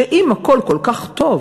ואם הכול כל כך טוב,